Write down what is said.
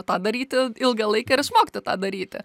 tą daryti ilgą laiką ir išmokti tą daryti